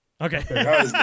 Okay